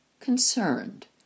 concerned